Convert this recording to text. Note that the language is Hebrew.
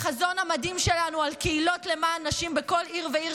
החזון המדהים שלנו על קהילות למען נשים בכל עיר ועיר,